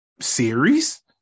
series